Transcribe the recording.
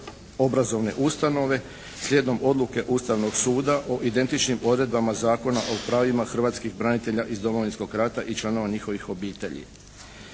obrazovne ustanove slijedom odluke Ustavnog suda o identičnim odredbama Zakona o pravima hrvatskih branitelja iz Domovinskog rata i članova njihovih obitelji.